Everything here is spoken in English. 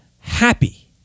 happy